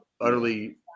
utterly